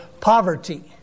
poverty